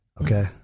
Okay